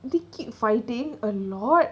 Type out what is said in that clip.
they keep fighting a lot